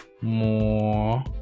more